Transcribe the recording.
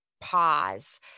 pause